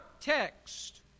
text